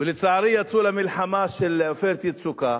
ולצערי יצאו למלחמה של "עופרת יצוקה",